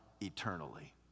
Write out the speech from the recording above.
eternally